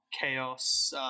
Chaos